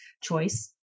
choice